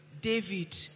David